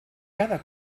cada